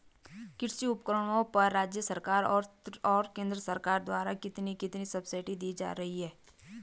कृषि उपकरणों पर राज्य सरकार और केंद्र सरकार द्वारा कितनी कितनी सब्सिडी दी जा रही है?